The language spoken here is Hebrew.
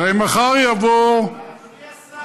הרי מחר יבוא, אדוני השר,